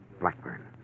Blackburn